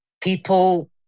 People